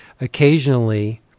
occasionally